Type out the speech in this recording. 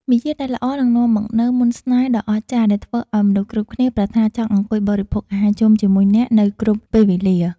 មារយាទដែលល្អនឹងនាំមកនូវមន្តស្នេហ៍ដ៏អស្ចារ្យដែលធ្វើឱ្យមនុស្សគ្រប់គ្នាប្រាថ្នាចង់អង្គុយបរិភោគអាហារជុំជាមួយអ្នកនៅគ្រប់ពេលវេលា។